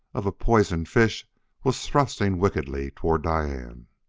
of a poison fish was thrusting wickedly toward diane.